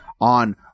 on